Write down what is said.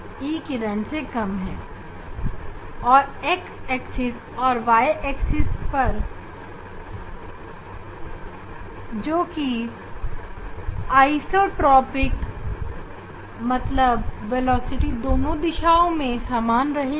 यह दो दिशाओं x और y एक्सिस आइसोट्रॉपिक है इसका मतलब वेलोसिटी इन 2 दिशाओं में सामान रहेगी